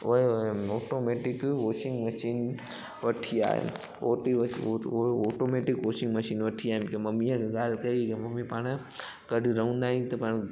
वियो हुयमि automatic washing machine वठी आयुमि ऑटीवट ऑटो ओये ऑटोमेटिक वॉशिंग मशीन वठी आयुमि त मम्मी खे ॻाल्हि कई की मम्मी पाणि गॾ रहंदा आहियूं त पाणि